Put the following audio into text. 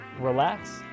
Relax